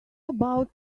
about